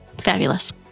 Fabulous